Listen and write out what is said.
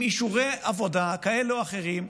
עם אישורי עבודה כאלה או אחרים,